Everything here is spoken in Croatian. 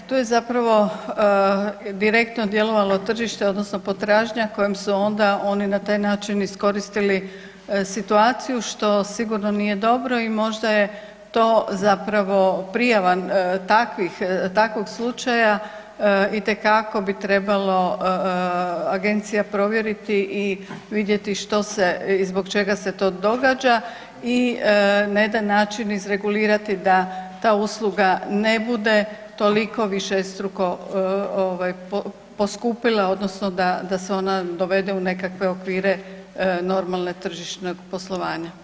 Da, tu je zapravo direktno djelovalo tržište, odnosno potražnja kojom su onda oni na taj način iskoristili situaciju što sigurno nije dobro i možda je to zapravo prijava takvog slučaja itekako bi trebalo agencija provjeriti i vidjeti što se i zbog čega se to događa i na jedan način izregulirati da ta usluga ne bude toliko višestruko poskupila, odnosno da se ona dovede u nekakve okvire normalne, tržišnog poslovanja.